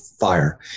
fire